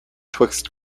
twixt